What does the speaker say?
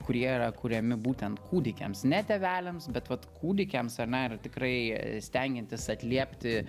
kurie yra kuriami būtent kūdikiams ne tėveliams bet vat kūdikiams ane ir tikrai stengiantis atliepti